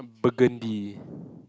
Burgundy